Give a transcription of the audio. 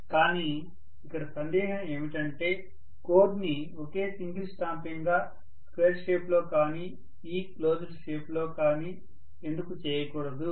కానీ ఇక్కడ సందేహం ఏమిటంటే కోర్ ని ఒకే సింగల్ స్టాంపింగ్ గా స్క్వేర్ షేప్ లో కానీ E క్లోజ్డ్ షేప్ లో కానీ ఎందుకు చేయకూడదు